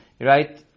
right